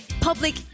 Public